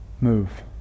move